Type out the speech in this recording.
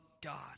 God